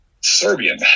Serbian